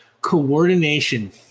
Coordination